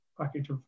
package